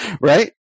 right